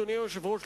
אדוני היושב-ראש,